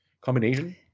combination